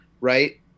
right